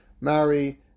marry